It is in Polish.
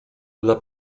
dla